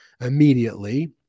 immediately